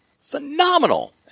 phenomenal